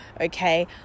okay